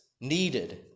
needed